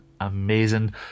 amazing